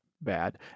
bad